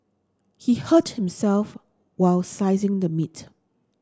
he hurt himself while slicing the meat